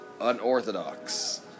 unorthodox